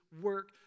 work